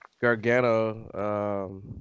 Gargano